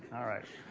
alright.